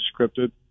scripted